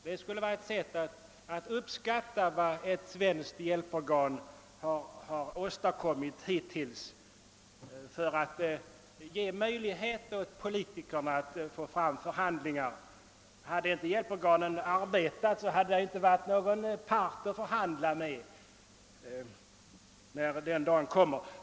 Detta skulle också vara ett sätt att uppskatta vad ett svenskt hjälporgan hittills åstadkommit för att ge politikerna möjlighet att få till stånd förhandlingar. Om inte hjälporganen arbetar kommer det ju inte att finnas någon part att förhandla med, när den dagen kommer.